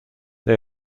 they